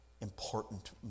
important